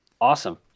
Awesome